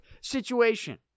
situation